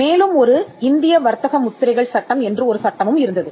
மேலும் ஒரு இந்திய வர்த்தக முத்திரைகள் சட்டம் என்று ஒரு சட்டமும் இருந்தது